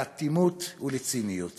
לאטימות ולציניות